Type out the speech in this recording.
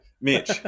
Mitch